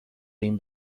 این